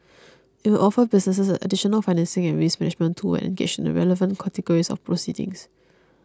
it will offer businesses an additional financing and risk management tool when engaged in the relevant categories of proceedings